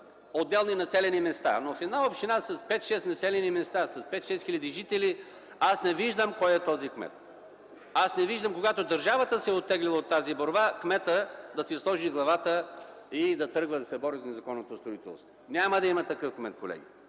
отделни населени места. Но в една община с пет-шест населени места, с 5000-6000 жители, аз не виждам кой е този кмет. Аз не виждам, когато държавата се е оттеглила от тази борба, кметът да си сложи главата и да тръгва да се бори с незаконното строителство. Няма да има такъв кмет, колеги.